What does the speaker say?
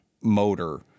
motor